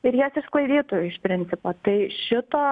ir jas išsklaidytų iš principo tai šito